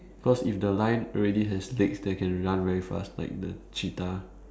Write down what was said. cause if the lion already has legs that can run very fast like the cheetah